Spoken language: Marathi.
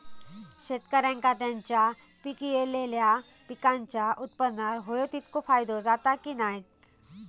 शेतकऱ्यांका त्यांचा पिकयलेल्या पीकांच्या उत्पन्नार होयो तितको फायदो जाता काय की नाय?